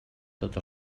tots